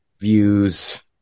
views